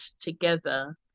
together